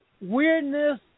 weirdness